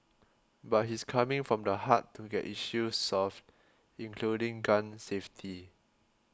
but he's coming from the heart to get issues solved including gun safety